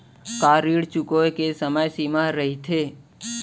का ऋण चुकोय के समय सीमा रहिथे?